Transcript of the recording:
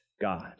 God